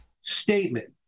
statement